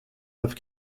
have